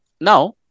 Now